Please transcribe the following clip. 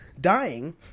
dying